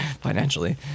financially